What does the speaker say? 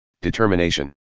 determination